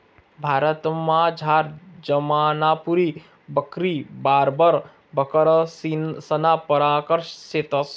भारतमझार जमनापुरी बकरी, बार्बर बकरीसना परकार शेतंस